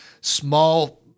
small